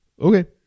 okay